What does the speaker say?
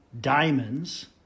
diamonds